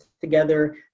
together